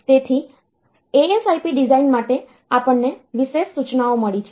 તેથી ASIP design માટે આપણ ને વિશેષ સૂચનાઓ મળી છે